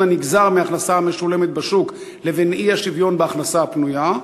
הנגזר מההכנסה המשולמת בשוק לבין האי-שוויון בהכנסה הפנויה.